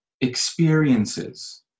experiences